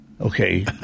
okay